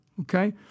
okay